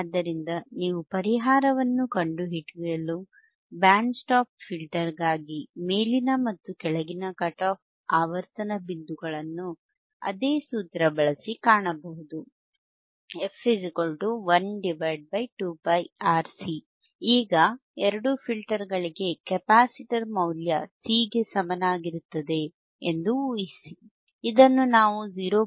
ಆದ್ದರಿಂದ ನೀವು ಪರಿಹಾರವನ್ನು ಕಂಡುಕೊಳ್ಳಲು ಬ್ಯಾಂಡ್ ಸ್ಟಾಪ್ ಫಿಲ್ಟರ್ಗಾಗಿ ಮೇಲಿನ ಮತ್ತು ಕೆಳಗಿನ ಕಟ್ ಆಫ್ ಆವರ್ತನ ಬಿಂದುಗಳನ್ನು ಅದೇ ಸೂತ್ರವನ್ನು ಬಳಸಿ ಕಾಣಬಹುದು f12πRC ಈಗ ಎರಡೂ ಫಿಲ್ಟರ್ಗಳಿಗೆ ಕೆಪ್ಯಾಸಿಟರ್ ಮೌಲ್ಯ C ಗೆ ಸಮನಾಗಿರುತ್ತದೆ ಎಂದು ಊಹಿಸಿ ಇದನ್ನು ನಾವು 0